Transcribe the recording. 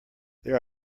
there